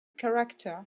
character